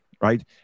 right